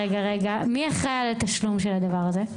מי אחראי על התשלום של הדבר הזה?